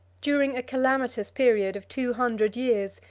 during a calamitous period of two hundred years,